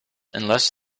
unless